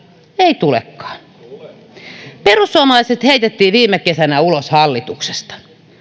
ei tulekaan perussuomalaiset heitettiin viime kesänä ulos hallituksesta